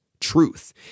truth